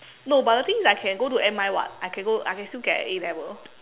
no but the thing is I can go to M_I [what] I can go I can still get an A-level